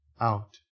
out